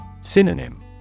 Synonym